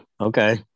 Okay